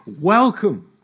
welcome